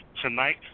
tonight